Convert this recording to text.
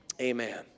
amen